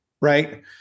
right